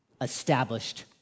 established